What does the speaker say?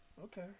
Okay